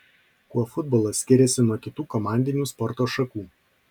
kuo futbolas skiriasi nuo kitų komandinių sporto šakų